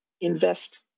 invest